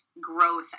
growth